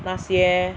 那些